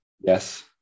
Yes